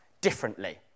differently